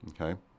Okay